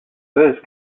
first